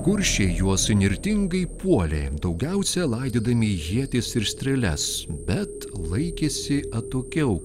kuršiai juos įnirtingai puolė daugiausia laidydami ietis ir strėles bet laikėsi atokiau